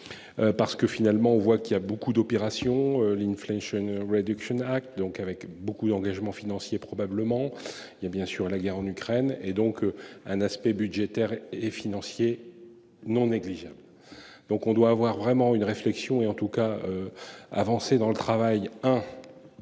Parce que finalement on voit qu'il y a beaucoup d'opérations, ligne flèche une réduction Act, donc avec beaucoup d'engagement financier, probablement il y a bien sûr la guerre en Ukraine et donc un aspect budgétaire et financier non négligeable. Donc on doit avoir vraiment une réflexion est en tout cas. Avancer dans le travail